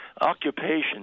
occupation